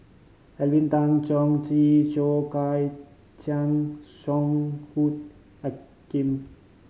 Alvin Tan Cheong Soh Kay Siang Song Hoot